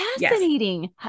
Fascinating